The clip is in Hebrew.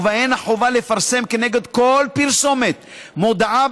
ובהן החובה לפרסם כנגד כל פרסומת מודעה